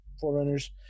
forerunners